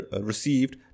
received